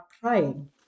crying